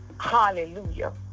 Hallelujah